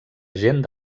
gent